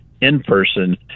in-person